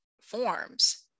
forms